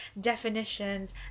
definitions